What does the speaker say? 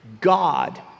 God